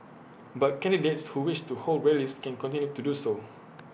but candidates who wish to hold rallies can continue to do so